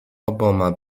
oboma